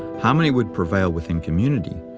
harmony would prevail within community,